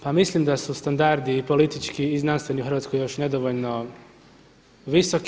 Pa mislim da su standardi i politički i znanstveni u Hrvatskoj još nedovoljno visoki.